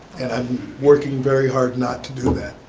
and i'm working very hard not to do that.